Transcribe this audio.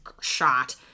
shot